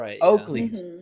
Oakley's